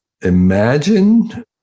imagine